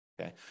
okay